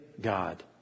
God